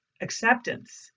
acceptance